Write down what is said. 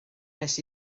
nes